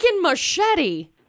machete